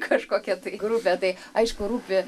kažkokia grupė tai aišku rūpi